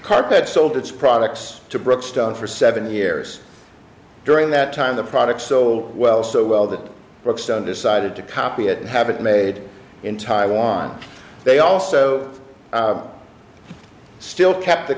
carpet sold its products to brookstone for seven years during that time the products so well so well that brookstone decided to copy it and have it made in taiwan they also still kept the